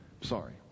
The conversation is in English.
Sorry